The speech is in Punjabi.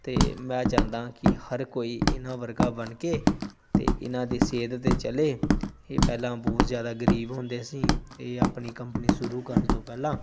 ਅਤੇ ਮੈਂ ਚਾਹੁੰਦਾ ਕਿ ਹਰ ਕੋਈ ਇਹਨਾਂ ਵਰਗਾ ਬਣ ਕੇ ਅਤੇ ਇਹਨਾਂ ਦੀ ਸੇਧ 'ਤੇ ਚੱਲੇ ਇਹ ਪਹਿਲਾਂ ਬਹੁਤ ਜ਼ਿਆਦਾ ਗਰੀਬ ਹੁੰਦੇ ਸੀ ਇਹ ਆਪਣੀ ਕੰਪਨੀ ਸ਼ੁਰੂ ਕਰਨ ਤੋਂ ਪਹਿਲਾਂ